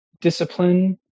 discipline